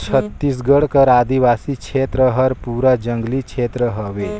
छत्तीसगढ़ कर आदिवासी छेत्र हर पूरा जंगली छेत्र हवे